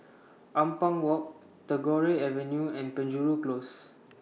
Ampang Walk Tagore Avenue and Penjuru Close